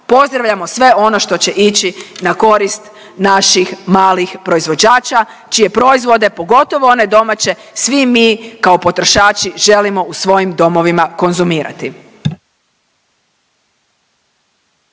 pozdravljamo sve ono što će ići na korist naših malih proizvođača čije proizvode, pogotovo one domaće svi mi kao potrošači želimo u svojim domovina konzumirati.